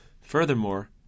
Furthermore